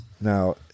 now